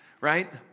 right